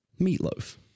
meatloaf